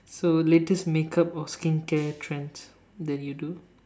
so latest make up or skincare trends that you do